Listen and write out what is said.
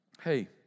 Hey